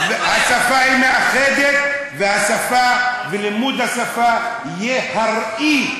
ולימוד השפה יהיה הראי,